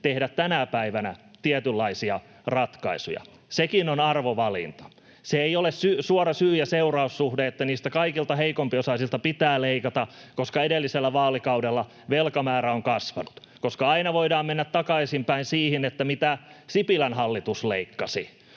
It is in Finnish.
tehdä tänä päivänä tietynlaisia ratkaisuja. Sekin on arvovalinta. Se ei ole suora syy—seuraus-suhde, että niiltä kaikkein heikompiosaisilta pitää leikata, koska edellisellä vaalikaudella velkamäärä on kasvanut, koska aina voidaan mennä takaisinpäin siihen, mitä Sipilän hallitus leikkasi,